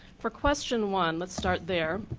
for question one, let's start there.